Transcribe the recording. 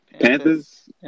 Panthers